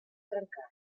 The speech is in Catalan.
trencar